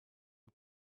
who